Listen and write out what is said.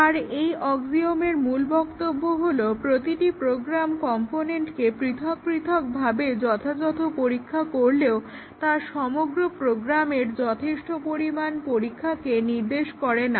তার এই অক্সিওমের মূল বক্তব্য হলো প্রতিটি প্রোগ্রাম কম্পোনেন্টকে পৃথক পৃথকভাবে যথাযথ পরীক্ষা করলেও তা সমগ্র প্রোগ্রামের যথেষ্ট পরিমাণ পরীক্ষাকে নির্দেশ করা না